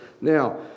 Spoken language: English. Now